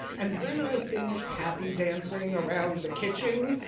and when i finished happy dancing around the kitchen,